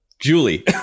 Julie